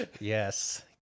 Yes